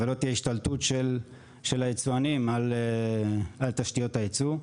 ולא תהיה השתלטות של היצואנים על תשתיות הייצוא,